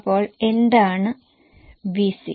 അപ്പോൾ എന്താണ് വിസി